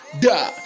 da